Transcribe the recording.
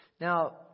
Now